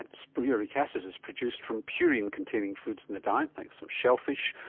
and so but uric acid is produced from purine containing foods in the diet, like some shellfish,